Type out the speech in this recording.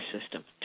system